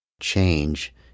change